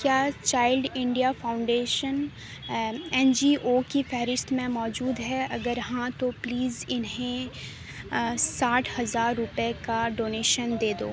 کیا child India foundation N G O کی فہرست میں موجود ہے اگر ہاں تو پلیز انہیں ساٹھ ہزار روپے کا ڈونیشن دے دو